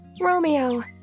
Romeo